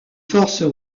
forces